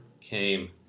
came